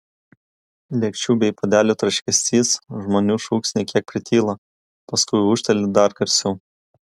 lėkščių bei puodelių tarškesys žmonių šūksniai kiek prityla paskui ūžteli dar garsiau